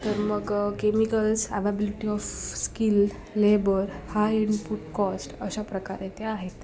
तर मग chemicals availability of skill labour high input cost अशाप्रकारे ते आहेत